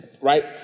right